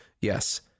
Yes